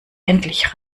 endlich